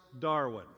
Darwin